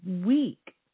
week